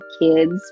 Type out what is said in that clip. kids